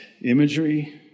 imagery